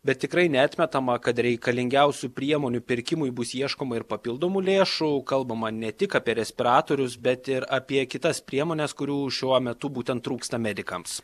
bet tikrai neatmetama kad reikalingiausių priemonių pirkimui bus ieškoma ir papildomų lėšų kalbama ne tik apie respiratorius bet ir apie kitas priemones kurių šiuo metu būtent trūksta medikams